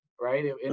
right